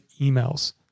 emails